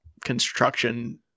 construction